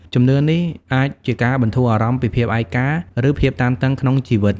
ជំនឿនេះអាចជាការបន្ធូរអារម្មណ៍ពីភាពឯកា ឬភាពតានតឹងក្នុងជីវិត។